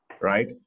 right